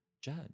judge